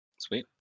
Sweet